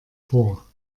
vor